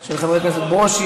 של חבר הכנסת ברושי,